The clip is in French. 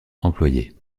employés